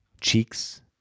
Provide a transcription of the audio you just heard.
cheeks